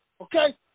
Okay